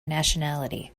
nationality